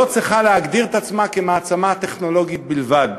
לא צריכה להגדיר את עצמה כמעצמה טכנולוגית בלבד.